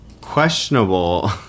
questionable